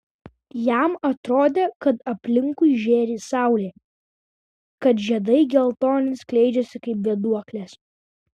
jam atrodė kad aplinkui žėri saulė kad žiedai geltoni skleidžiasi kaip vėduoklės